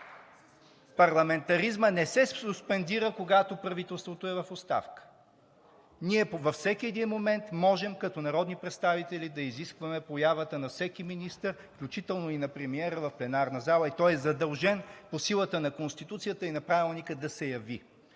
Парламентаризмът не се суспендира, когато правителството е в оставка. Ние във всеки един момент можем като народни представители да изискваме появата на всеки министър, включително и на премиера в пленарна зала и той е задължен по силата на Конституцията и на Правилника да се яви.